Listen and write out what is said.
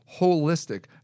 holistic